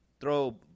throw